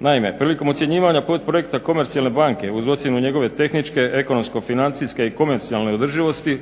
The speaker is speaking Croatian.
Naime, prilikom ocjenjivanja potprojekta komercijalne banke uz ocjenu njegove tehničke, ekonomsko-financijske i komercijalne održivosti